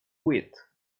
wit